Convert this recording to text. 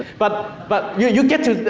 but but, you get to,